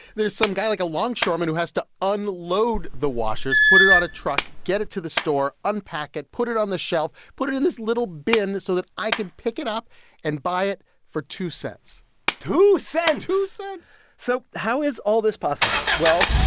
there's some guy, like a longshoreman, who has to unload the washers, put it on a truck, get it to the store, unpack it, put it on the shelf, put it in this little bin so that i can pick it up and buy it for two cents two cents two cents so how is all this possible? well,